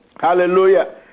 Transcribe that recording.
Hallelujah